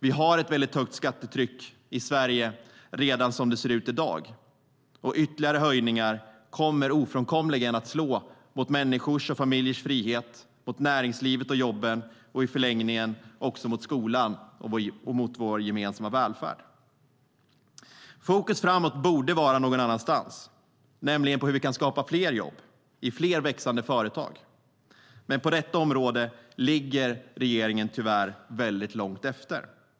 Vi har ett högt skattetryck i Sverige redan som det ser ut i dag, och ytterligare höjningar kommer ofrånkomligen att slå mot människors och familjers frihet, mot näringslivet och jobben och i förläningen också mot skolan och vår gemensamma välfärd. Fokus framåt borde vara någon annanstans, nämligen på hur vi kan skapa fler jobb i fler växande företag. Men på detta område ligger regeringen tyvärr väldigt långt efter.